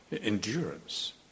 endurance